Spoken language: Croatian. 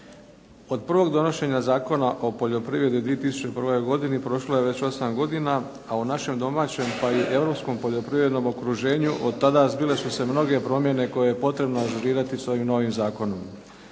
Od prvog donošenja Zakona o poljoprivredi u 2001. godini prošlo je već osam godina, a u našem domaćem pa i europskom poljoprivrednom okruženju od tada zbile su se mnoge promjene koje je potrebno ažurirati s ovim novim zakonom.